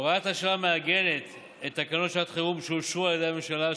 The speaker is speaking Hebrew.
הוראת השעה מעגנת את תקנות שעת החירום שאושרו על ידי הממשלה,